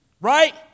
right